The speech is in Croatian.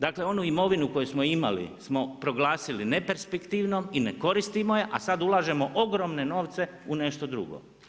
Dakle, onu imovinu koju smo imali smo proglasili neperspektivnom i ne koristimo je, a sad ulažemo ogromne novce u nešto drugo.